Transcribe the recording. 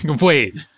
Wait